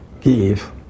give